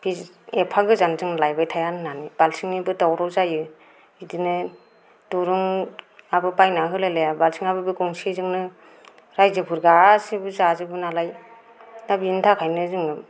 बि एफा गोजान जों लायबाय थाया होननानै बाल्थिंनिबो दावराव जायो बिदिनो दिरुंआबो बायना होलायलाया बाल्थिङाबो बे गंसेजोंनो रायजोफोर गासैबो जाजोबो नालाय दा बेनि थाखायनो जों